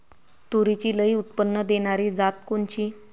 तूरीची लई उत्पन्न देणारी जात कोनची?